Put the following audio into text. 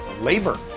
labor